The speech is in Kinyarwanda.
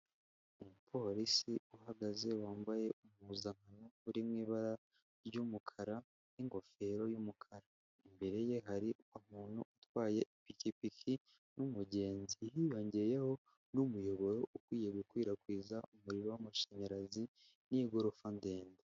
Umupolisi uhagaze wambaye imuzankano iri mu ibara ry'umukara n'ingofero y'umukara, imbere ye hari umuntu utwaye ipikipiki n'umugenzi, hiyongeyeho n'umuyoboro ukwiye gukwirakwiza umuriro w'amashanyarazi n'igorofa ndende.